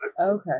Okay